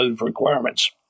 requirements